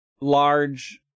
large